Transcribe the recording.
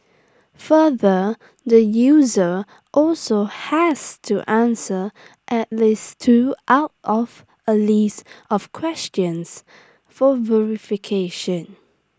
further the user also has to answer at least two out of A list of questions for verification